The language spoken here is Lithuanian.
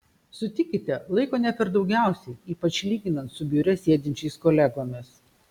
sutikite laiko ne per daugiausiai ypač lyginant su biure sėdinčiais kolegomis